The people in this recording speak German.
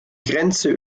grenze